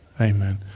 Amen